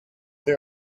they